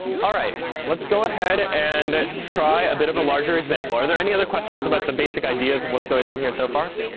all right, let's go ahead and try a bit of a larger example. are there any other questions about the basic ideas of what's going on here so far?